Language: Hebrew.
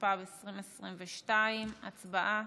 התשפ"ב 2022. הצבעה.